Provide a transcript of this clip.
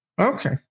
Okay